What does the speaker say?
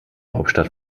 hauptstadt